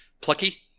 Plucky